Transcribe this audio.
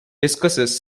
discusses